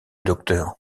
docteur